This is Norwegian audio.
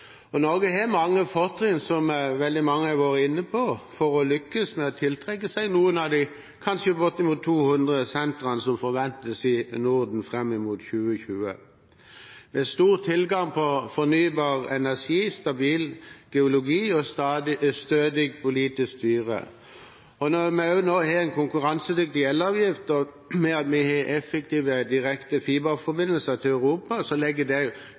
Norge har mange fortrinn, som veldig mange har vært inne på, med tanke på å lykkes med å tiltrekke seg noen av de kanskje bortimot 200 sentrene som forventes i Norden fram mot 2020. Det er stor tilgang på fornybar energi, stabil geologi og stødig politisk styre. Når vi nå har en konkurransedyktig elavgift og effektive direkte fiberforbindelser til Europa, legger det